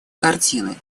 картины